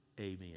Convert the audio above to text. Amen